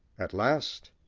at last,